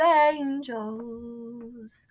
angels